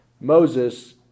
Moses